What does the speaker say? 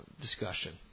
discussion